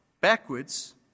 backwards